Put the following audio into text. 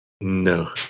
No